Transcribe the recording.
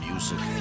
Music